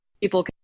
people